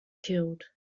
killed